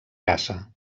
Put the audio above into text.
caça